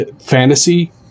fantasy